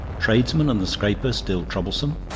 tradesmen and the scraper still troublesome.